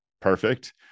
perfect